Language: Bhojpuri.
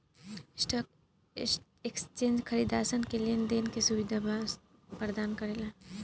स्टॉक एक्सचेंज खरीदारसन के लेन देन के सुबिधा परदान करेला